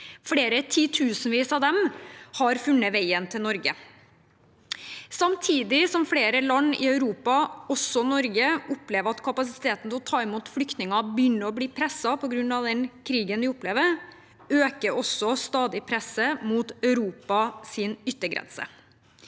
Flere titusenvis av dem har funnet veien til Norge. Samtidig som flere land i Europa, også Norge, opplever at kapasiteten til å ta imot flyktninger begynner å bli presset på grunn av den krigen vi opplever, øker også stadig presset mot Europas yttergrense.